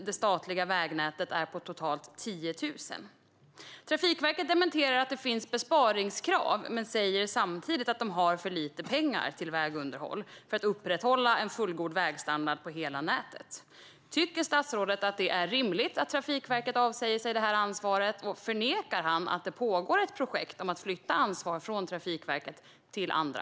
Det statliga vägnätet är på totalt 10 000 mil. Trafikverket dementerar att det finns besparingskrav men säger samtidigt att det har för lite pengar till vägunderhåll för att upprätthålla en fullgod vägstandard på hela nätet. Tycker statsrådet att det är rimligt att Trafikverket avsäger sig ansvaret, och förnekar han att det pågår ett projekt om att flytta ansvar från Trafikverket till andra?